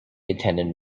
attended